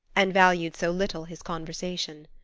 and valued so little his conversation.